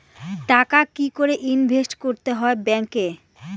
টাকা কি করে ইনভেস্ট করতে হয় ব্যাংক এ?